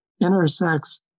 intersects